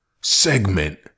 segment